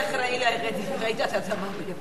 רעידת האדמה ביפן